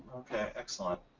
okay excellent.